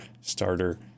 starter